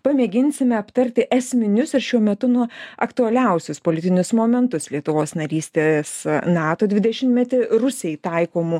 pamėginsime aptarti esminius ir šiuo metu nu aktualiausius politinius momentus lietuvos narystės nato dvidešimtmetį rusijai taikomų